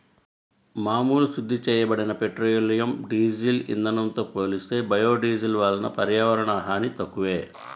మామూలు శుద్ధి చేయబడిన పెట్రోలియం, డీజిల్ ఇంధనంతో పోలిస్తే బయోడీజిల్ వలన పర్యావరణ హాని తక్కువే